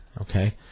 okay